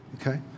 Okay